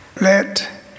Let